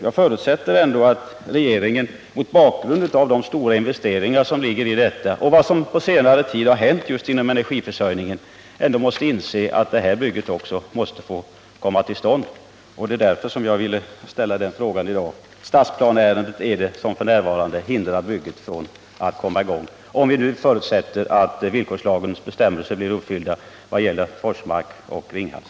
Jag förutsätter ändå att regeringen mot bakgrund av de stora investeringar som ligger i Oskarshamnsverket, och mot bakgrund av vad som på senare tid har hänt inom energiförsörjningen, inser att också utbyggnaden av Oskarshamnsverket måste få komma till stånd. Det var därför jag ställde min följdfråga. Uteblivet besked om stadsplaneärendet är vad som f. n. hindrar bygget från att komma i gång, under förutsättning att villkorslagens bestämmelser blir uppfyllda vad gäller Forsmark och Ringhals.